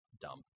dumb